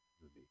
movie